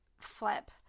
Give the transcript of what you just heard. flip